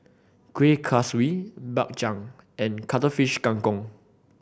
Kuih Kaswi Bak Chang and Cuttlefish Kang Kong